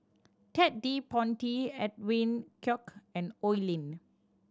Ted De Ponti Edwin Koek and Oi Lin